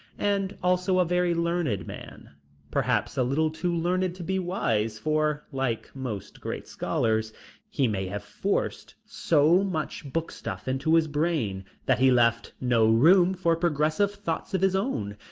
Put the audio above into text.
and also a very learned man perhaps a little too learned to be wise, for, like most great scholars he may have forced so much book stuff into his brain that he left no room for progressive thoughts of his own.